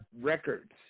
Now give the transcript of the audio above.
Records